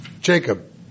Jacob